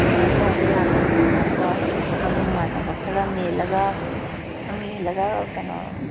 ꯀꯔꯃꯥꯏꯅ ꯇꯧꯕ ꯌꯥꯕꯒꯦ ꯑꯇꯣꯞꯄ ꯃꯃꯤꯡ ꯃꯥꯟꯅꯕ ꯈꯔ ꯃꯦꯜꯂꯒ ꯀꯩꯅꯣ